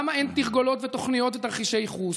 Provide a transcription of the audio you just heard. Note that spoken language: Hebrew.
למה אין תרגולות ותוכניות ותרחישי ייחוס?